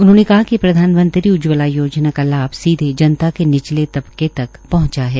उन्होंने कहा कि प्रधानमंत्री उज्जवला योजना का लाभ सीधे जनता के निचले तबके तक पहंचा है